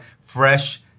fresh